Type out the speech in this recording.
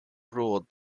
ruled